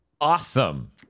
Awesome